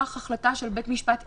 מכוח החלטה של בית משפט עליון.